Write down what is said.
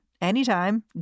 anytime